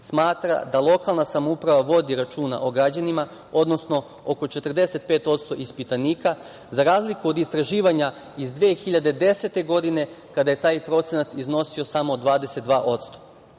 smatra da lokalna samouprava vodi računa o građanima, odnosno oko 45% ispitanika, za razliku od istraživanja iz 2010. godine kada je taj procenat iznosio samo